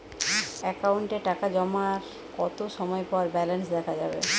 অ্যাকাউন্টে টাকা জমার কতো সময় পর ব্যালেন্স দেখা যাবে?